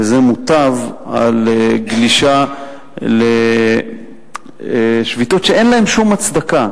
וזה עדיף על גלישה לשביתות שאין להן שום הצדקה.